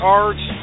arts